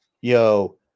Yo